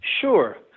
Sure